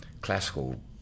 classical